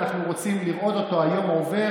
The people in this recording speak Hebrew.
אנחנו רוצים לראות אותו היום עובר.